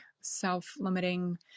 self-limiting